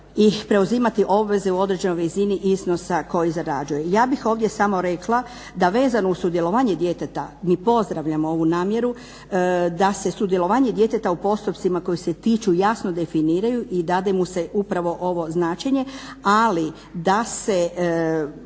i preuzimati obveze u određenoj visini iznosa koji zarađuje. Ja bih ovdje samo rekla da vezano uz sudjelovanje djeteta mi pozdravljamo ovu namjeru da se sudjelovanje djeteta u postupcima koji se tiču jasno definiraju i da mu se upravo ovo značenje, ali da se